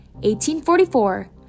1844